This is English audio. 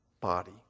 body